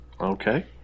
Okay